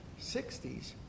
60s